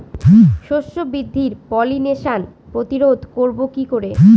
শস্য বৃদ্ধির পলিনেশান প্রতিরোধ করব কি করে?